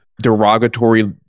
derogatory